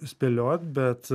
spėliot bet